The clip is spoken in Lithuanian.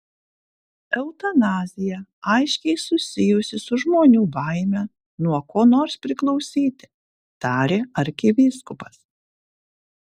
eutanazija aiškiai susijusi su žmonių baime nuo ko nors priklausyti tarė arkivyskupas